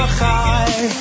high